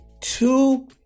two